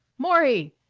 maury!